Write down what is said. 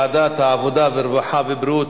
אז אולי באמת העוול הזה יתוקן.